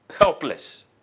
helpless